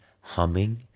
humming